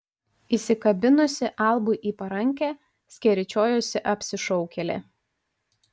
įsikabinusi albui į parankę skeryčiojosi apsišaukėlė